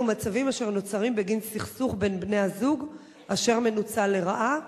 אלה מצבים אשר נוצרים בגין סכסוך בין בני-הזוג אשר מנוצל לרעה.